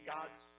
God's